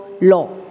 law